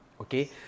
okay